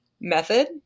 method